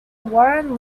warren